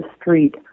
street